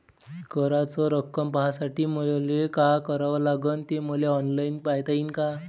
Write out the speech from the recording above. कराच रक्कम पाहासाठी मले का करावं लागन, ते मले ऑनलाईन पायता येईन का?